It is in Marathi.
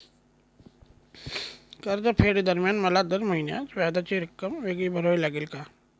कर्जफेडीदरम्यान मला दर महिन्यास व्याजाची रक्कम वेगळी भरावी लागेल का?